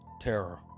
Terror